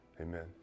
Amen